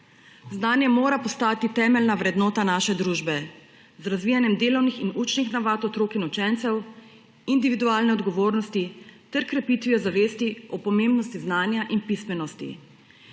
Znanje mora postati temeljna vrednota naše družbe z razvijanjem delovnih in učnih navad otrok in učencev, individualne odgovornosti ter krepitvijo zavesti o pomembnosti znanja in pismenosti.